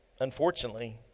unfortunately